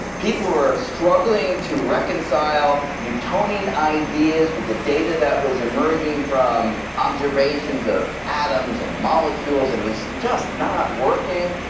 people were struggling to reconcile newtonian ideas with the data that was emerging from observations of atoms and molecules, and it was just not working.